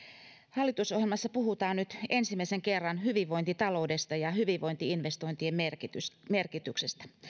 hallitusohjelmassa puhutaan nyt ensimmäisen kerran hyvinvointitaloudesta ja hyvinvointi investointien merkityksestä